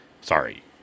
sorry